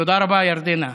תודה רבה, ירדנה.